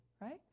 right